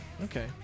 Okay